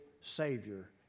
Savior